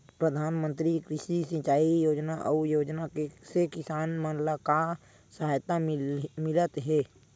प्रधान मंतरी कृषि सिंचाई योजना अउ योजना से किसान मन ला का सहायता मिलत हे?